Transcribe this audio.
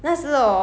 live stream